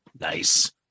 Nice